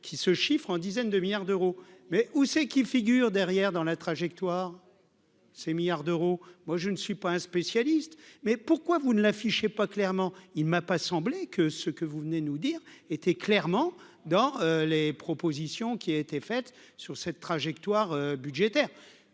qui se chiffrent en dizaines de milliards d'euros, mais où c'est qu'figure derrière dans la trajectoire. Ces milliards d'euros, moi je ne suis pas un spécialiste mais pourquoi vous ne l'affichait pas clairement, il m'a pas semblé que ce que vous venez nous dire était clairement dans les propositions qui a été faite sur cette trajectoire budgétaire,